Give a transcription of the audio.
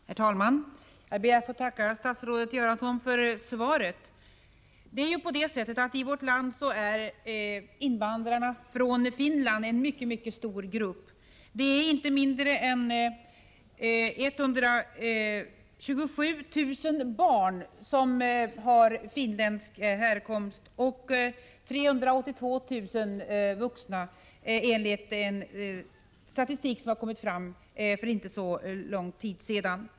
Herr talman! Jag ber att få tacka statsrådet Göransson för svaret. I vårt land är invandrarna från Finland en mycket stor grupp. Det är inte mindre än 127 000 barn och 382 000 vuxna som har finländsk härkomst, enligt statistik som har framlagts för inte så länge sedan.